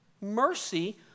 mercy